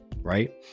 right